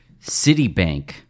Citibank